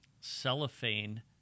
cellophane